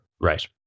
Right